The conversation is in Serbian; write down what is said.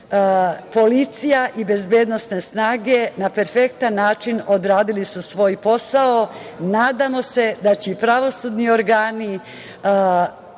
Policija i bezbednosne snage na perfektan način odradili su svoj posao. Nadamo se da će pravosudni organi